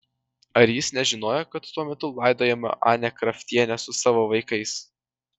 ar jis nežinojo kad tuo metu laidojama anė kraftienė su savo vaikais